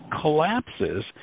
collapses